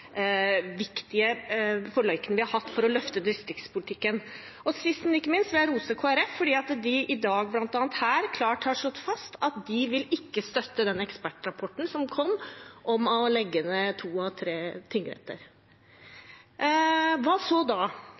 viktige forlikene vi har hatt for å løfte distriktspolitikken. Og sist, men ikke minst, vil jeg rose Kristelig Folkeparti for at de her i dag klart har slått fast at de ikke vil støtte den ekspertrapporten som kom, om å legge ned to av tre tingretter. Hva så da